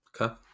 Okay